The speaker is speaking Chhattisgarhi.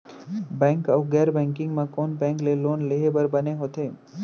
बैंक अऊ गैर बैंकिंग म कोन बैंक ले लोन लेहे बर बने होथे?